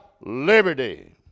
liberty